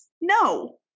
No